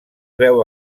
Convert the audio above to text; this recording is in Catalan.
veu